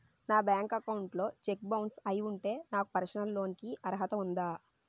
నా bank account లో cheque bounce అయ్యి ఉంటే నాకు పర్సనల్ లోన్ కీ అర్హత ఉందా?